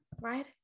Right